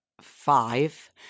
five